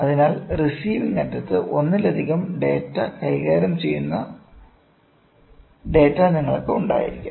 അതിനാൽ റിസിവിങ് അറ്റത്ത് ഒന്നിലധികം ഡാറ്റ കൈകാര്യം ചെയ്യുന്ന ഡാറ്റ നിങ്ങൾക്ക് ഉണ്ടായിരിക്കാം